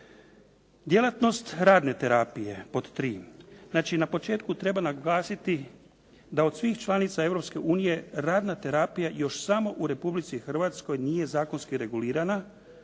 Djelatnost radne terapije pod tri. Znači na početku treba naglasiti da od svih članica Europske unije radna terapije još samo u Republici Hrvatskoj nije zakonski regulirana